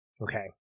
Okay